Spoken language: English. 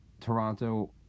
Toronto